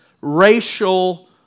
racial